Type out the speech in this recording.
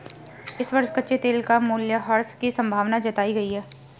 इस वर्ष कच्चे तेल का मूल्यह्रास की संभावना जताई गयी है